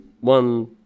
one